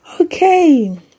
Okay